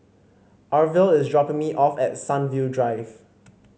Arvil is dropping me off at Sunview Drive